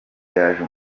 gaju